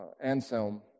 Anselm